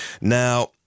Now